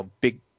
big